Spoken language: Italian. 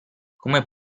come